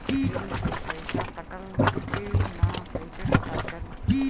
Bill के पइसा कटल कि न कइसे पता चलि?